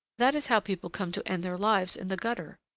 that is how people come to end their lives in the gutter.